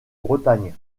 bretagne